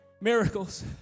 miracles